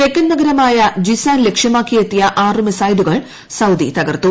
തെക്കൻ നഗരമായ ജിസാൻ ലക്ഷ്യമാക്കിയെത്തിയ ആറു മിസൈലുകൾ സൌദി തകർത്തു